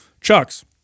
chucks